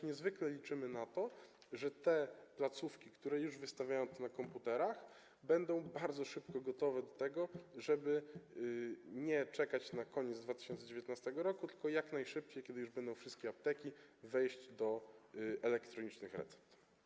Niezwykle liczymy też na to, że te placówki, które już wystawiają to na komputerach, będą bardzo szybko gotowe do tego, żeby nie czekać na koniec 2019 r., tylko jak najszybciej, kiedy już będą wszystkie apteki, wejść z elektronicznymi receptami.